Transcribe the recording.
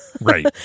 Right